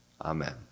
Amen